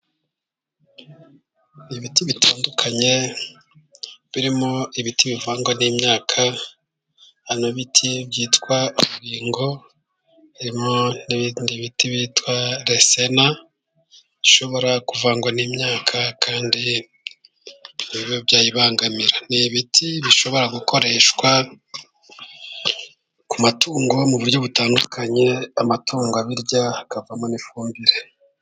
Ibiti bitandukanye，birimo ibiti bivangwa n'imyaka， harimo ibiti byitwa ibibingo， harimo n'ibindi biti byitwa resema bishobora kuvangwa n'imyaka，kandi ntibibe byayibangamira， ni ibiti bishobora gukoreshwa ku matungo mu buryo butandukanye， amatungo abirya hakavamo n’ifumbire.